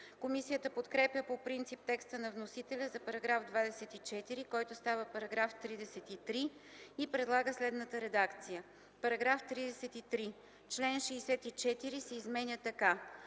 Комисията подкрепя по принцип текста на вносителя за § 24, който става § 33, и предлага следната редакция: „§ 33. Член 64 се изменя така: